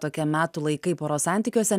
tokie metų laikai poros santykiuose